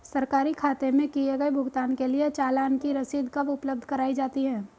सरकारी खाते में किए गए भुगतान के लिए चालान की रसीद कब उपलब्ध कराईं जाती हैं?